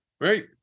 right